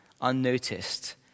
unnoticed